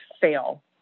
fail